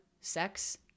sex